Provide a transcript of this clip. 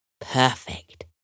Perfect